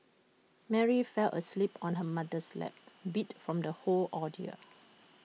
Mary fell asleep on her mother's lap beat from the whole ordeal